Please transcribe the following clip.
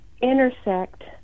intersect